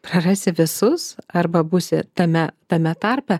prarasi visus arba būsi tame tame tarpe